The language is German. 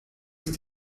ist